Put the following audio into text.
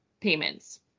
payments